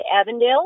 Avondale